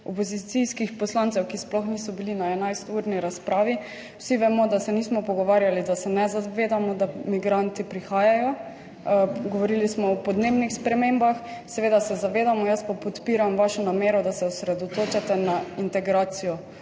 opozicijskih poslancev, ki sploh niso bili na 11-razpravi. Vsi vemo, da se nismo pogovarjali, da se ne zavedamo, da migranti prihajajo. Govorili smo o podnebnih spremembah, seveda se zavedamo, jaz pa podpiram vašo namero, da se osredotočate na integracijo